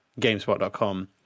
gamespot.com